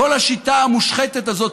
כל השיטה המושחתת הזאת.